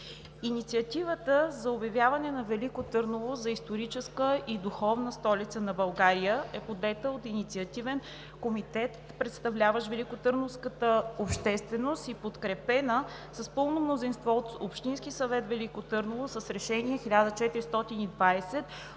Инициативата за обявяване на Велико Търново за „Историческа и духовна столица на България“ е подета от Инициативен комитет, представляващ великотърновската общественост, подкрепен с пълно мнозинство от Общинския съвет – Велико Търново, с Решение № 1420